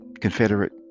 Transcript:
Confederate